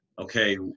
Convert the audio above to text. okay